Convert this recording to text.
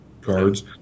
cards